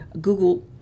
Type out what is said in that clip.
Google